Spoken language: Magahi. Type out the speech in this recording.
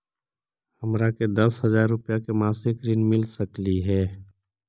हमरा के दस हजार रुपया के मासिक ऋण मिल सकली हे?